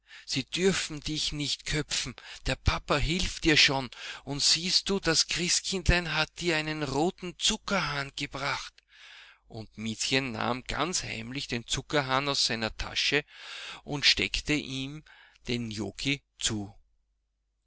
sie dürfen dich nicht köpfen der papa hilft dir schon und siehst du das christkindlein hat dir einen roten zuckerhahn gebracht und miezchen nahm ganz heimlich den zuckerhahn aus seiner tasche und steckte ihn dem joggi zu